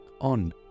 on